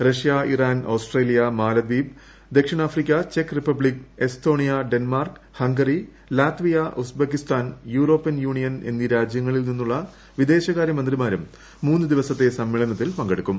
Russia Iran Australia മാലദ്വീപ് ദക്ഷിണാഫ്രിക്ക ചെക് Republic Estonia Denmark Hungary Latvia Uzbekistan European Union എന്നീ രാജ്യങ്ങളിൽ നിന്നുള്ള വിദേശകാര്യമന്ത്രിമാരും മൂന്ന് ദിവസത്തെ സമ്മേളനത്തിൽ പങ്കെടുക്കും